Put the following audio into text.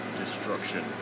destruction